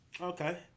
Okay